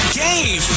game